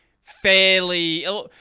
fairly